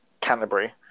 Canterbury